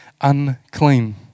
unclean